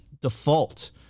default